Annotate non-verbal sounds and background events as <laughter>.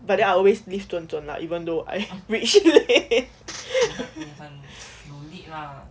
but then I always leave 准准 lah even though <laughs> I reached late